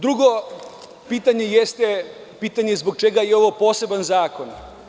Drugo pitanje jeste pitanje zbog čega je ovo poseban zakon?